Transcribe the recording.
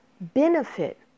benefit